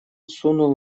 сунул